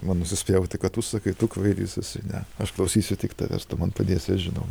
man nusispjauti ką tu sakai tu kvailys esi ne aš klausysiu tik tavęs tu man padėsi aš žinau